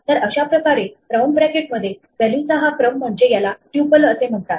तर अशाप्रकारे राऊंड ब्रॅकेटमध्ये व्हॅल्यू चा हा क्रम म्हणजे याला ट्यूपल असे म्हणतात